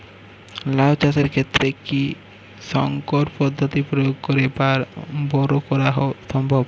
লাও চাষের ক্ষেত্রে কি সংকর পদ্ধতি প্রয়োগ করে বরো করা সম্ভব?